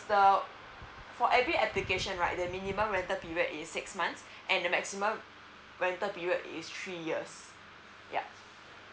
uh for every application right the minimum rental period is six months and the maximum rental period is three years ya